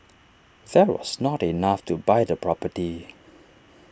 that was not enough to buy the property